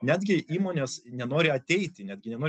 netgi įmonės nenori ateiti netgi nenori